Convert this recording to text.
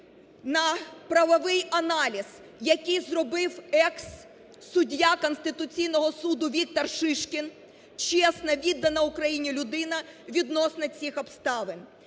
на правовий аналіз, який зробив екс-суддя Конституційного Суду Віктор Шишкін, чесна, віддана Україні людина, відносно цих обставин.